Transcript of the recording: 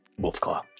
Wolfclaw